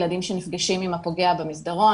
ילדים שנפגשים עם הפוגע במסדרון,